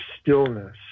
stillness